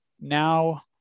now